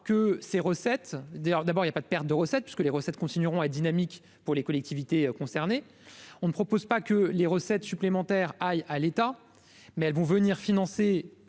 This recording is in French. que ces recettes, d'ailleurs, d'abord il y a pas de perte de recettes, puisque les recettes continueront à dynamique pour les collectivités concernées on ne propose pas que les recettes supplémentaires à l'État, mais elles vont venir financer